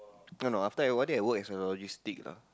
no no after one day I work as a logistic